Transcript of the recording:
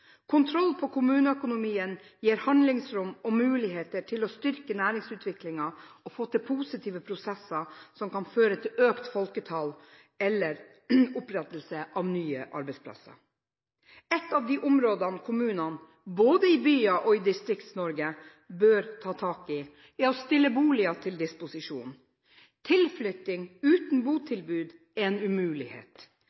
Kontroll på kommuneøkonomien gir handlingsrom og muligheter til å styrke næringsutviklingen og få til positive prosesser som kan føre til økt folketall eller opprettelse av nye arbeidsplasser. Et av de områdene kommunene, både i byer og i Distrikt-Norge, bør ta tak i, er å stille boliger til disposisjon. Tilflytting uten